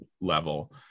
level